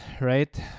right